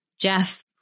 Jeff